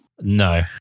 No